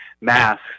masks